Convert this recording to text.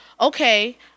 Okay